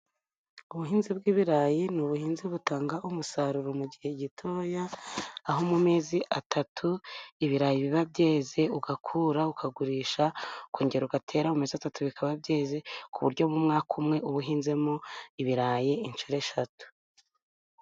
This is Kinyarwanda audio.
ubuhinzi bw'ibirayi ni ubuhinzi butanga umusaruro mu gihe gitoya, aho mu mezi atatu ibirayi biba byeze; ugakura, ukagurisha ukongera ugatera mu mezi atatu ;bikaba byeze ku buryo mu mwaka umwe ubuhinzemo ibirayi inshuro eshatu.